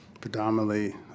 predominantly